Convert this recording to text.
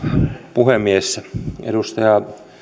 puhemies edustaja